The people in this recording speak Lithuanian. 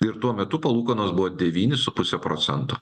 ir tuo metu palūkanos buvo devyni su puse procento